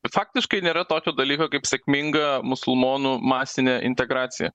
faktiškai nėra tokio dalyko kaip sėkminga musulmonų masinė integracija